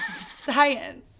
science